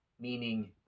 meaning